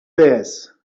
this